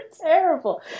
terrible